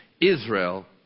Israel